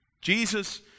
Jesus